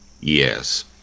yes